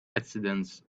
accidents